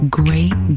great